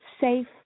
safe